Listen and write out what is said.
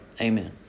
Amen